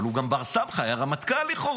אבל הוא גם בר-סמכא, היה רמטכ"ל לכאורה,